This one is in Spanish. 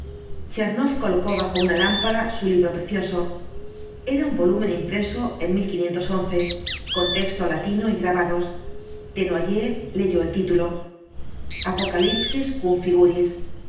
tchernoff colocó bajo una lámpara su libro precioso era un volumen impreso en con texto latino y grabados desnoyers leyó el título apocalipsis cumfiguris